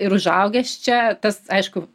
ir užaugęs čia tas aišku